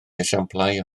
esiamplau